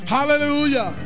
Hallelujah